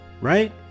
right